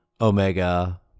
Omega